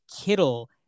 Kittle